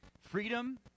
freedom